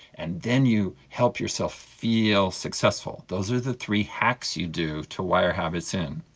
and then you help yourself feel successful. those are the three hacks you do to wire habits in.